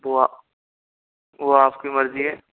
वह वह आपकी मर्जी है